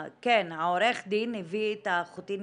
העורך דין הביא את החוטיני